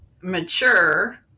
mature